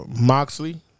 Moxley